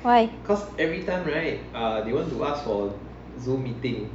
why